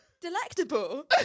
delectable